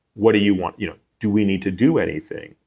what do you want, you know do we need to do anything?